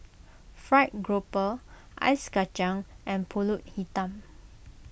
Fried Grouper Ice Kacang and Pulut Hitam